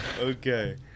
okay